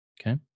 Okay